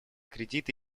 кредиты